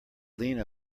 lena